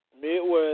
Midwest